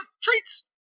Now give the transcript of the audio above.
treats